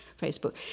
Facebook